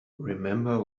remember